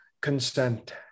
Consent